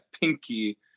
pinky